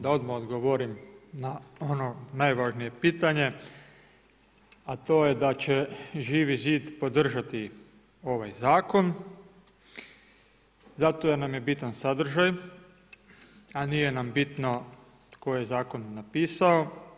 Da odmah odgovorim na ono najvažnije pitanje, a to je da će Živi Zid podržati ovaj zakon zato jer nam je bitan sadržaj a nije nam bitno tko je zakone napisao.